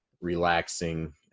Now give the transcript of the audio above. relaxing